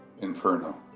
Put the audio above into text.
Inferno